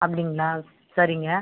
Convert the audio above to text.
அப்படிங்களா சரிங்க